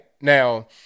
now